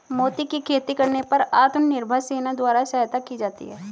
मोती की खेती करने पर आत्मनिर्भर सेना द्वारा सहायता की जाती है